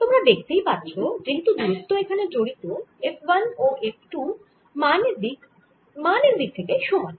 তোমরা দেখতেই পাচ্ছ যেহেতু দূরত্ব এখানে জড়িত F 1 ও F 2 মান এর দিক থেকে সমান